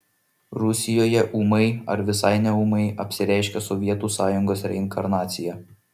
rusijoje ūmai ar visai neūmai apsireiškė sovietų sąjungos reinkarnacija